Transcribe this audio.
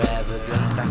evidence